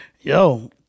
Yo